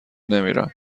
نمیرم